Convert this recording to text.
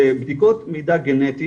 בדיקות מידע גנטי,